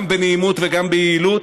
גם בנעימות וגם ביעילות.